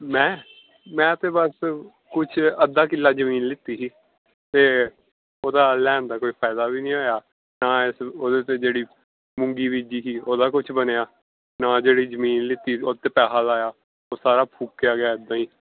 ਮੈਂ ਮੈਂ ਤਾਂ ਬਸ ਕੁਝ ਅੱਧਾ ਕਿੱਲਾ ਜਮੀਨ ਲਿੱਤੀ ਸੀ ਅਤੇ ਉਹਦਾ ਲੈਣ ਦਾ ਕੋਈ ਫਾਇਦਾ ਵੀ ਨਹੀਂ ਹੋਇਆ ਨਾ ਇਸ ਉਹਦੇ 'ਤੇ ਜਿਹੜੀ ਮੂੰਗੀ ਬੀਜੀ ਸੀ ਉਹਦਾ ਕੁਛ ਬਣਿਆ ਨਾ ਜਿਹੜੀ ਜਮੀਨ ਲਿੱਤੀ ਉਹ 'ਤੇ ਪੈਸਾ ਲਾਇਆ ਉਹ ਸਾਰਾ ਫੂਕਿਆ ਗਿਆ ਇੱਦਾਂ ਹੀ